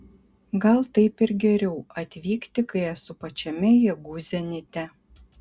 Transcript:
gal taip ir geriau atvykti kai esu pačiame jėgų zenite